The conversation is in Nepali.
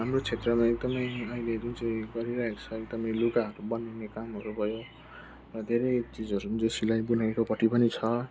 हाम्रो क्षेत्रमा एकदमै अहिले जुन चाहिँ गरिरहेको छ एकदमै लुगाहरू बनाउने कामहरू भयो धेरै चिजहरू जो सिलाइ बुनाइको पट्टि पनि छ